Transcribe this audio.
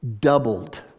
doubled